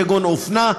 כגון אופנה,